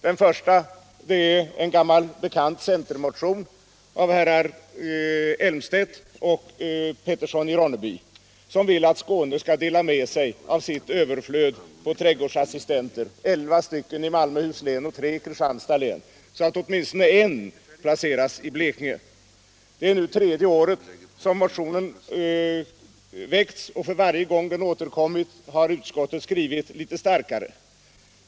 Den första är en gammal bekant centermotion av herrar Elmstedt och Petersson i Ronneby, som vill, att Skåne skall dela med sig av sitt överflöd på trädgårdsassistenter, elva i Malmöhus län och tre i Kristianstads, så att åtminstone en placeras i Blekinge. Det är nu tredje året som motionen väckts, och för varje gång den återkommit har utskottet skrivit litet starkare.